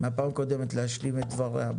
מהפעם הקודמת להשלים את דבריה.